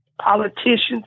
politicians